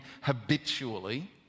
habitually